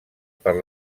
per